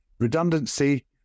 redundancy